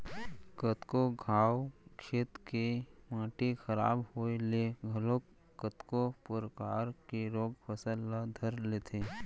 कतको घांव खेत के माटी खराब होय ले घलोक कतको परकार के रोग फसल ल धर लेथे